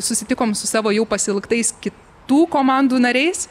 susitikom su savo jau pasiilgtais kitų komandų nariais